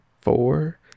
four